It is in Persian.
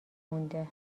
مونده